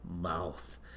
mouth